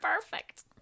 perfect